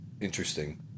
interesting